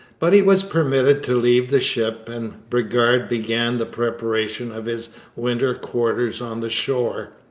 but he was permitted to leave the ship, and bridgar began the preparation of his winter quarters on the shore.